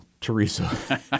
Teresa